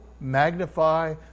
magnify